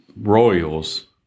Royals